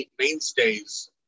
mainstays